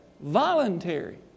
Voluntary